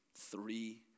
three